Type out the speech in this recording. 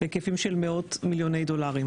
בהיקפים של מאות מיליוני דולרים,